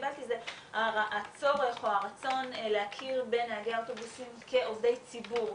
קיבלתי זה הצורך או הרצון להכיר בנהגי האוטובוסים כעובדי ציבור,